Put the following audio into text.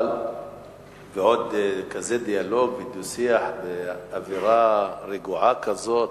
ועוד כזה דיאלוג ודו-שיח באווירה רגועה כזאת.